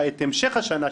המשך השנה,